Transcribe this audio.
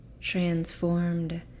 transformed